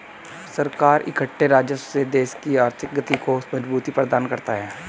सरकार इकट्ठे राजस्व से देश की आर्थिक गति को मजबूती प्रदान करता है